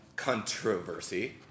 Controversy